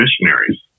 missionaries